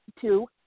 two